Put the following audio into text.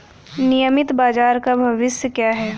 नियमित बाजार का भविष्य क्या है?